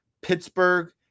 Pittsburgh